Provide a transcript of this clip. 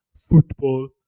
football